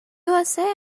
usa